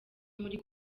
muri